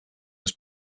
was